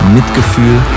Mitgefühl